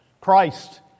Christ